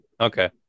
Okay